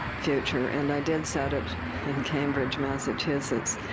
future. and i did set it in cambridge, massachusetts,